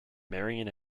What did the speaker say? marian